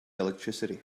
electricity